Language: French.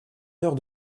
heures